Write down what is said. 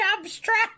abstract